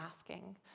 asking